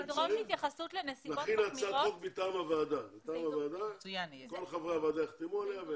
נכין הצעת חוק מטעם הוועדה וכל חברי הוועדה יחתמו עליה.